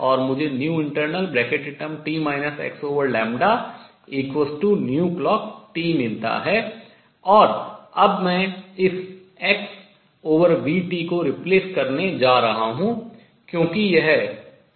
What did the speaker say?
और मुझे internalclockt मिलता है और अब मैं इस xv t को replace प्रतिस्थापित करने जा रहा हूँ क्योंकि यह कण के लिए v है